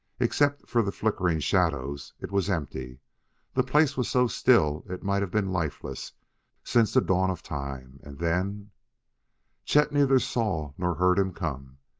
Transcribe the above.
except for the flickering shadows, it was empty the place was so still it might have been lifeless since the dawn of time. and then chet neither saw nor heard him come.